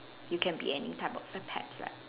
we can be any type of the pets right